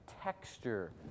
texture